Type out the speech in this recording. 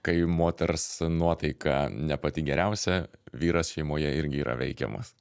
kai moters nuotaika ne pati geriausia vyras šeimoje irgi yra veikiamas